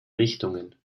richtungen